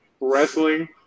wrestling